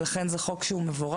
לכן זה חוק מבורך.